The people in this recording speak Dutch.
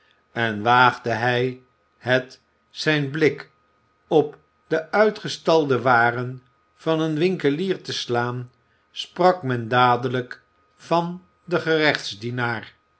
en waagde hij het zijn blik op de uitgestalde waren van een winkelier te slaan sprak men dadelijk van den